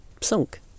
sunk